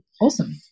awesome